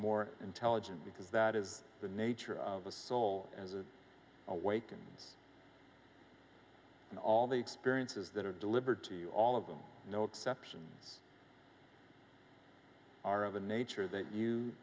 more intelligent because that is the nature of the soul as it awakens in all the experiences that are delivered to you all of them no exceptions are of a nature that you